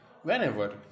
whenever